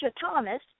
Thomas